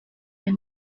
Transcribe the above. may